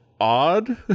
odd